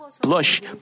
blush